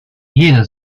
jede